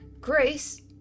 Grace